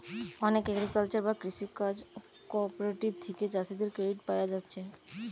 অনেক এগ্রিকালচারাল বা কৃষি কাজ কঅপারেটিভ থিকে চাষীদের ক্রেডিট পায়া যাচ্ছে